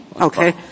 Okay